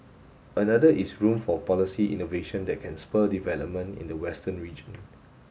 another is room for policy innovation that can spur development in the western region